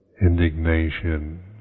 indignation